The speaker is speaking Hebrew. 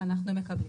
אנחנו מקווים.